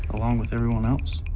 along with everyone else.